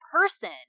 person